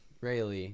Rayleigh –